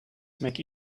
make